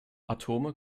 atome